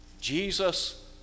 Jesus